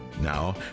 Now